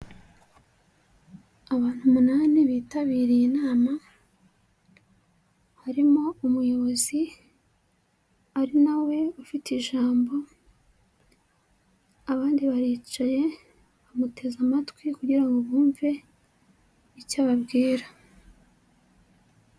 Abantu umunani bitabiriye inama, harimo umuyobozi ari nawe ufite ijambo, abandi baricaye bamuteze amatwi kugira ngo bumve icyo ababwira.